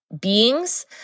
beings